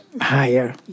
higher